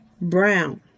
brown